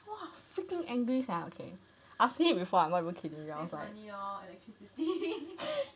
!wah! freaking angry sia okay I slipped before I'm not even kidding